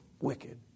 wicked